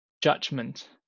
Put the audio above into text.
judgment